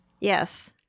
Yes